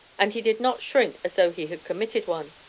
and he did not shrink as though he had committed one.